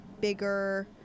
bigger